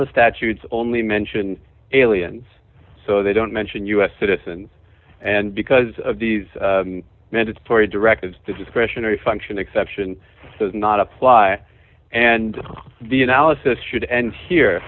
the statutes only mentioned aliens so they don't mention u s citizens and because of these mandatory directives discretionary function exception does not apply and the analysis should end here